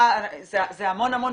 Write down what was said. זה המון מקרים.